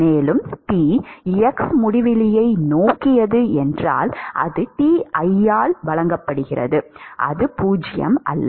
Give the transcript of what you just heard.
மேலும் T x முடிவிலியை நோக்கியது Ti ஆல் வழங்கப்படுகிறது அது 0 அல்ல